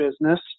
business